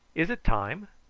is it time?